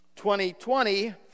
2020